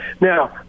Now